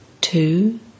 Two